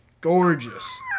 Gorgeous